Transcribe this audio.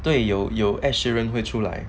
对有有 assurance 会出来